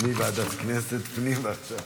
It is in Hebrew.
מוועדת הכנסת, הפנים, ועכשיו.